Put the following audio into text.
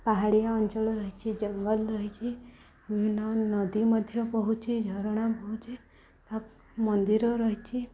ପାହାଡ଼ିଆ ଅଞ୍ଚଳ ରହିଛିି ଜଙ୍ଗଲ ରହିଛିି ବିଭିନ୍ନ ନଦୀ ମଧ୍ୟ ବୋହୁଛିି ଝରଣା ବୋହୁଛିି ମନ୍ଦିର ରହିଛିି